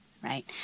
Right